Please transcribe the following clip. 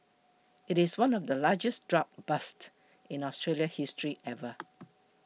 it is one of the largest drug busts in Australian history ever